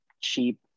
cheap